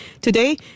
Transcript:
Today